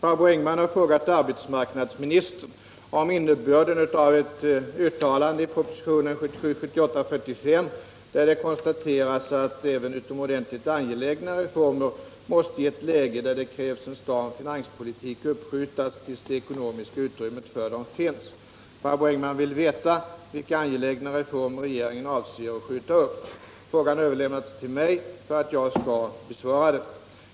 Barbro Engman har frågat arbetsmarknadsministern om = uppskjutande av innebörden av ett uttalande i propositionen 1977/78:45 där det konsta = vissa kostnadskräteras att även utomordentligt angelägna reformer måste i ett läge där vande reformer det krävs en stram finanspolitik uppskjutas tills det ekonomiska utrymmet för dem finns. Barbro Engman vill veta vilka angelägna reformer regeringen avser att skjuta upp. Frågan har överlämnats till mig för att jag skall besvara den.